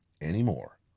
anymore